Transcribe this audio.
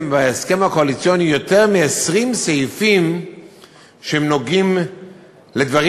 בהסכם הקואליציוני יותר מ-20 סעיפים שנוגעים לדברים